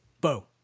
Bo